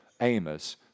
Amos